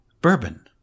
bourbon